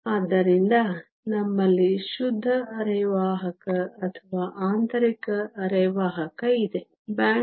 ಆದ್ದರಿಂದ ನಮ್ಮಲ್ಲಿ ಶುದ್ಧ ಅರೆವಾಹಕ ಅಥವಾ ಆಂತರಿಕ ಅರೆವಾಹಕ ಇದೆ ಬ್ಯಾಂಡ್ ಅಂತರವು 1